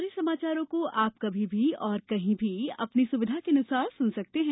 हमारे समाचारों को अब आप कभी भी और कहीं भी अपनी सुविधा के अनुसार सुन सकते हैं